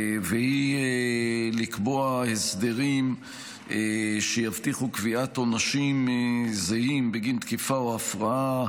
ולקבוע הסדרים שיבטיחו קביעת עונשים זהים בגין תקיפה או הפרעה